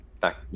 back